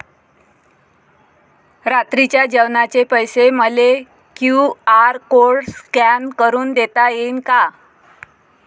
रात्रीच्या जेवणाचे पैसे मले क्यू.आर कोड स्कॅन करून देता येईन का?